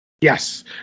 yes